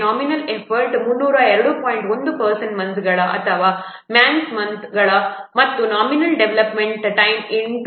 1 person ಮಂತ್ಸ್ಗಳು ಅಥವಾ man ಮಂತ್ಸ್ಗಳು ಮತ್ತು ನಾಮಿನಲ್ ಡೆವಲಪ್ಮೆಂಟ್ ಟೈಮ್ 8